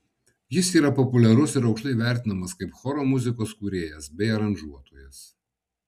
jis yra populiarus ir aukštai vertinamas kaip choro muzikos kūrėjas bei aranžuotojas